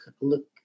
look